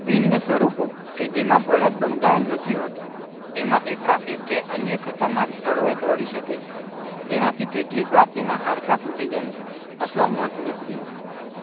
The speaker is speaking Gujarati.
ભિન્ન સ્વરુપો કે જેમાં બળદ બંધાયેલ નથી હોતો તેમાં તે ટ્રાફિક કે અન્ય ખતરનાક સ્થળોએ દોડી શકે છે જેનાથી કેટલીકવાર તેનાં હાડકાં તૂટી જાય છે અથવા મોત નીપજે છે